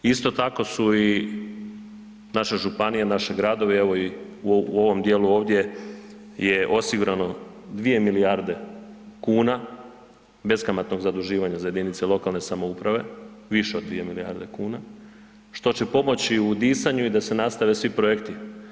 Isto tako su i naše županije, naši gradovi u ovom dijelu ovdje je osigurano 2 milijarde kuna beskamatnog zaduživanja za jedinice lokalne samouprave, više od 2 milijarde kuna što će pomoći u disanju i da se nastave svi projekti.